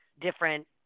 different